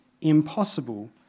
impossible